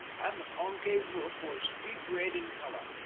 and the concave roof was deep red in color.